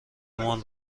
مان